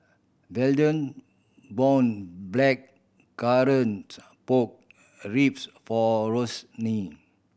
Verdell bought Blackcurrant Pork Ribs for Roseanne